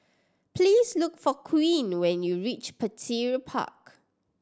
please look for Queen when you reach Petir Park